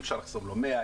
אי אפשר לחסום לו 100,